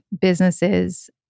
businesses